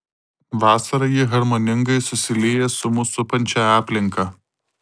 vasarą jie harmoningai susilieja su mus supančia aplinka